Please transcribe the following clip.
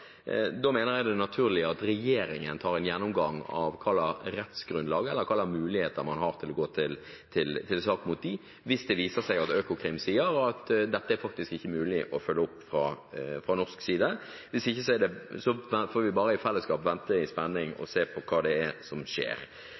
da mener jeg det er naturlig at regjeringen tar en gjennomgang av hva slags rettsgrunnlag eller hvilke muligheter man har for å gå til sak mot dem hvis det viser seg at Økokrim sier at dette faktisk ikke er mulig å følge opp fra norsk side. Da får vi bare i fellesskap vente i spenning og se hva som skjer. Den andre biten er